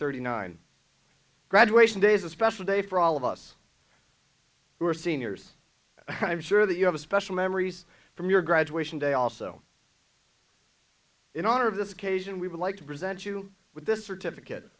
thirty nine graduation day is a special day for all of us who are seniors and i'm sure that you have a special memories from your graduation day also in honor of this occasion we would like to present you with this certificate